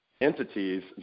entities